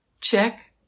check